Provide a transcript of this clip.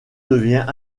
devient